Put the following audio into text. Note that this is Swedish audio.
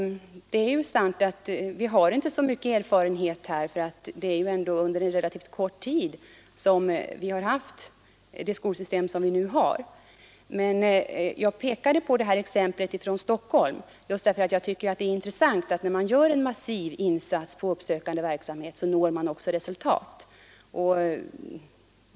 Det är sant. Vi har inte så stor erfarenhet här. Det är ändå en relativt kort tid som vi har haft det skolsystem vi nu har. Men jag pekade på exemplet från Stockholm därför att jag tycker det är intressant att se att när man gör en massiv satsning på uppsökande verksamhet, så når man också resultat.